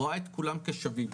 רואה את כולם כשווים.